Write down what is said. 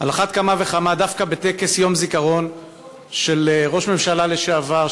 על אחת כמה וכמה ודווקא בטקס יום זיכרון של ראש ממשלה לשעבר,